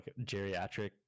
geriatric